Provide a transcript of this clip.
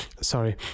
Sorry